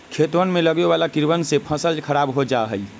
खेतवन में लगवे वाला कीड़वन से फसल खराब हो जाहई